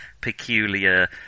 peculiar